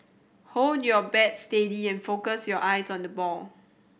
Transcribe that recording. hold your bat steady and focus your eyes on the ball